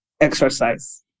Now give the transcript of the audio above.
exercise